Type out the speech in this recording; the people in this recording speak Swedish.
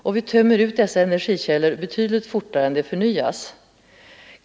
Och vi tömmer ut dessa energikällor betydligt fortare än de förnyas.